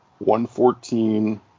114